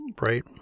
right